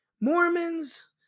Mormons